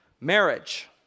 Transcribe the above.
marriage